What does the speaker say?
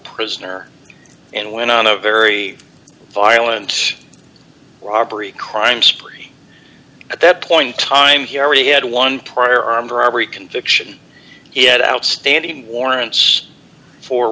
prisoner and went on a very violent robbery crime spree at that point time here we had one prior armed robbery conviction he had outstanding warrants for